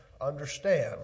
understand